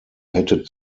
hätte